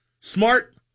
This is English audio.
smart